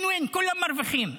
win-win, כולם מרוויחים,